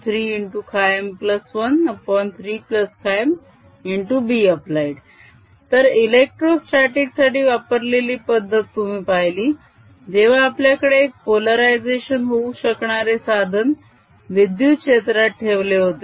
HB0 M3MB033MB0 Binside0HM3M13MBapplied तर electrostatic साठी वापरलेली पद्धत तुम्ही पाहिली जेव्हा आपल्याकडे एक पोलरायझेशन होऊ शकणारे साधन विद्युत क्षेत्रात ठेवले होते